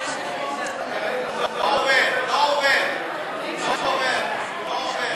לא עובר, לא עובר, לא עובר,